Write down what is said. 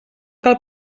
cal